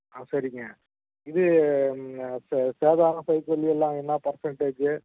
ஆ சரிங்க இது சே சேதாரம் செய்கூலி எல்லாம் என்ன பர்சண்டேஜி